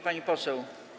Pani Poseł!